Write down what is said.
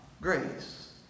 grace